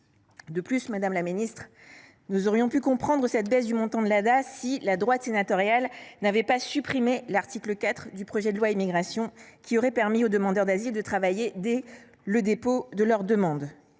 la secrétaire d’État, nous aurions pu comprendre cette baisse du montant de l’ADA si la droite sénatoriale n’avait pas supprimé l’article 4 du projet de loi Immigration, dont les dispositions auraient permis aux demandeurs d’asile de travailler dès le dépôt de leur demande.